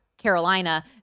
Carolina